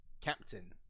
captain